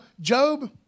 Job